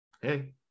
Hey